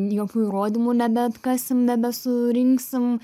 jokių įrodymų nebeatkasim nebesurinksim